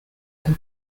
and